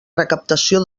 recaptació